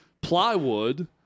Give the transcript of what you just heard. plywood